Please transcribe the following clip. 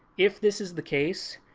if this is the case